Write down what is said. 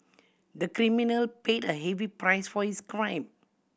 the criminal paid a heavy price for his crime